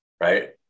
right